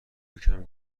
یکم